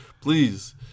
please